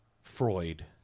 Freud